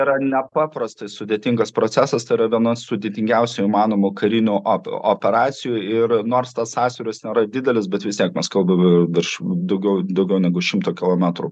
yra nepaprastai sudėtingas procesas tai yra vienas sudėtingiausių įmanomų karinių op operacijų ir nors tas sąsiauris nėra didelis bet vis tiek mes kalbame virš daugiau daugiau negu šimto kilometrų